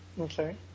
okay